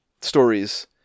stories